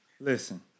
Listen